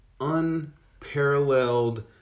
Unparalleled